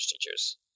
teachers